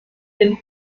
den